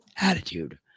attitude